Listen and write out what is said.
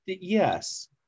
Yes